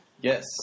Yes